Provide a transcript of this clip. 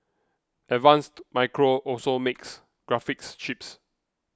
advanced Micro also makes graphics chips